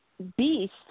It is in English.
Beast